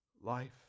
life